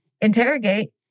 interrogate